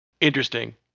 interesting